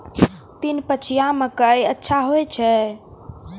तीन पछिया मकई अच्छा होय छै?